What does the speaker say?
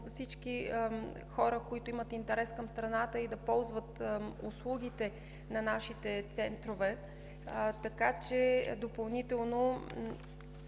всички хора, които имат интерес към страната, да ползват услугите на нашите центрове. Така допълнително